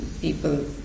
people